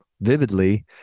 vividly